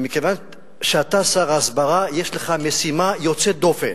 ומכיוון שאתה שר ההסברה, יש לך משימה יוצאת דופן.